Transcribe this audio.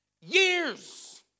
Years